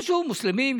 שיהיו מוסלמים,